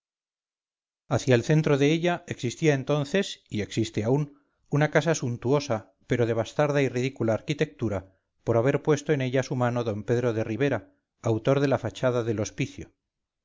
hacia el centro de ella existía entonces y existe aún una casa suntuosa pero de bastarda y ridícula arquitectura por haber puesto en ella su mano d pedro de ribera autor de la fachada del hospicio